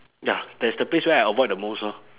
ya that's the place where I avoid the most orh